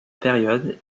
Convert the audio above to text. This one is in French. période